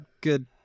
good